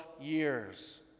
years